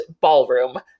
ballroom